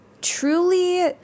truly